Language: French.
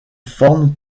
forme